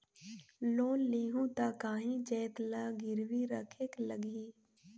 Loan लेहूं ता काहीं जाएत ला गिरवी रखेक लगही?